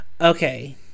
Okay